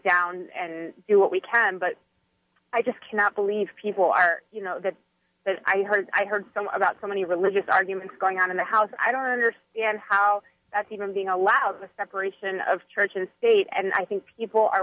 down and do what we can but i just cannot believe people are you know that i heard i heard some of that so many religious arguments going on in the house i don't understand how that's even being allowed a separation of church and state and i think people are